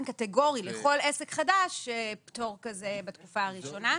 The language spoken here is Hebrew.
קטגורי לכל עסק חדש פטור כזה בתקופה הראשונה.